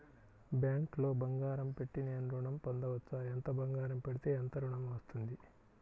బ్యాంక్లో బంగారం పెట్టి నేను ఋణం పొందవచ్చా? ఎంత బంగారం పెడితే ఎంత ఋణం వస్తుంది?